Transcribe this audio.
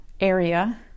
area